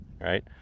Right